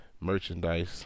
merchandise